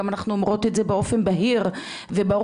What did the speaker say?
גם אנחנו אומרות את זה באופן בהיר וברור,